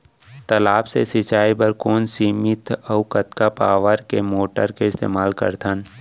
तालाब से सिंचाई बर कोन सीमित अऊ कतका पावर के मोटर के इस्तेमाल करथन?